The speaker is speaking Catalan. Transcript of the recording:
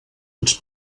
ens